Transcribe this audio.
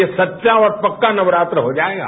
ये सच्चा और पक्का नवरात्र हो जाएगा